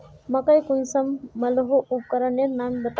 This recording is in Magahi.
मकई कुंसम मलोहो उपकरनेर नाम बता?